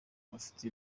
bafite